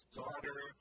daughter